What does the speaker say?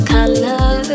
Color